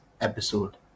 episode